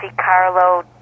Carlo